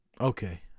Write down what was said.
Okay